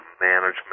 management